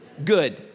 good